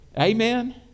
Amen